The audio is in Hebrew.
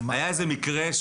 היה איזה מקרה?